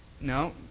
No